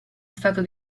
stato